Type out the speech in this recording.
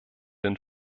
den